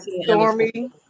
Stormy